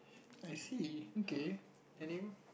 I see okay any